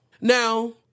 Now